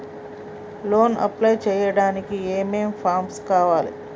Loan apply చేయడానికి ఏం ఏం ఫామ్స్ కావాలే?